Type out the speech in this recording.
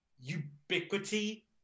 Ubiquity